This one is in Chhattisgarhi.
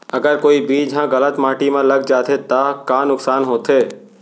अगर कोई बीज ह गलत माटी म लग जाथे त का नुकसान होथे?